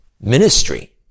ministry